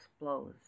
blows